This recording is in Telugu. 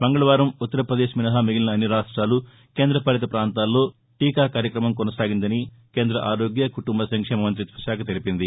మంగళవారం ఉత్తర్రపదేశ్ మినహా మిగిలిన అన్ని రాష్ట్రాలు కేంద పాలిత పాంతాల్లో వ్యాక్సినేషన్ కొనసాగిందని కేంద ఆరోగ్య కుటుంబ సంక్షేమ మంగ్రిత్వ శాఖ తెలిపింది